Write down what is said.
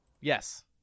Yes